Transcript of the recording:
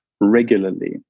regularly